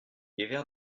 l’hiver